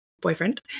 boyfriend